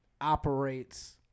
operates